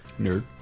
nerd